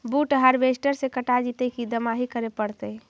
बुट हारबेसटर से कटा जितै कि दमाहि करे पडतै?